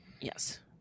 yes